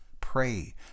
Pray